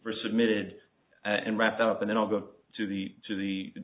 for submitted and wrapped up and then i'll go to the to the